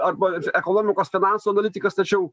arba ekonomikos finansų analitikas tačiau